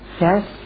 yes